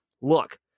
look